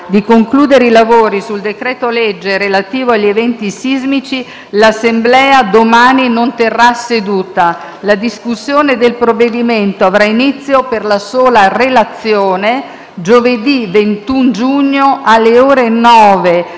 di concludere i lavori sul decreto-legge relativo agli eventi sismici, l'Assemblea domani non terrà seduta. La discussione del provvedimento avrà inizio, per la sola relazione, giovedì 21 giugno, alle ore 9